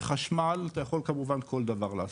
בחשמל אתה יכול כמובן כל דבר לעשות,